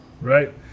Right